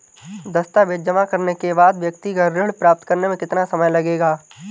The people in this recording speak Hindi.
दस्तावेज़ जमा करने के बाद व्यक्तिगत ऋण प्राप्त करने में कितना समय लगेगा?